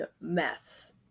mess